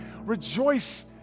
rejoice